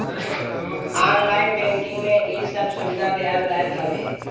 online banking में इ सब सुविधा देहल रहत हवे